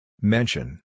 Mention